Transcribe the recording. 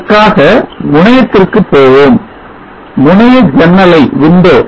காக முனையத்திற்கு போவோம் முனைய ஜன்னலை திறப்போம்